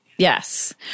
Yes